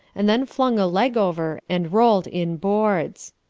and then flung a leg over, and rolled inboards.